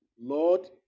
Lord